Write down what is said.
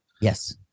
Yes